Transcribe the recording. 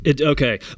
Okay